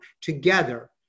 together